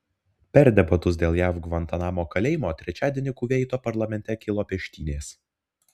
per debatus dėl jav gvantanamo kalėjimo trečiadienį kuveito parlamente kilo peštynės